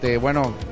bueno